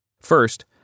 First